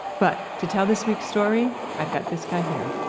but to tell this week's story, i've got this guy here